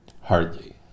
Hardly